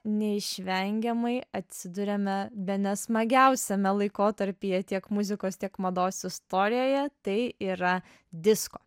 neišvengiamai atsiduriame bene smagiausiame laikotarpyje tiek muzikos tiek mados istorijoje tai yra disko